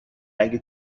اگه